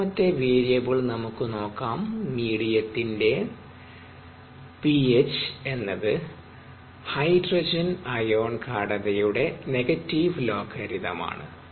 രണ്ടാമത്തെ വേരിയബിൾ നമുക്ക് നോക്കാംമീഡിയത്തിന്റെപിഎച്ച് എന്നത് ഹൈഡ്രജൻ അയോൺ ഗാഢതയുടെ നെഗറ്റീവ് ലോഗരിതം ആണ്